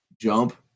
jump